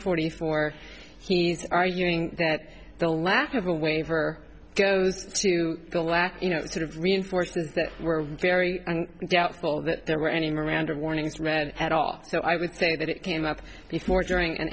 forty four he's arguing that the lack of a waiver goes to the lack you know sort of reinforces that we're very doubtful that there were any miranda warnings read at all so i would say that it came up before during and